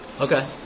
Okay